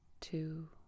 two